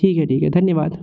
ठीक है ठीक है धन्यवाद